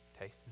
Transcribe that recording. Taste